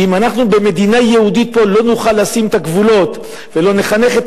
ואם אנחנו במדינה יהודית פה לא נוכל לשים את הגבולות ולא נחנך את